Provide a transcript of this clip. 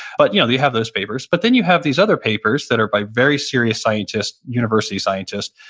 but you know you have those papers, but then you have these other papers that are by very serious scientists, university scientists,